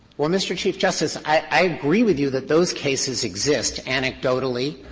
well, mr. chief justice, i agree with you that those cases exist. anecdotally,